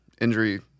injury